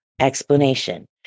explanation